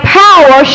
power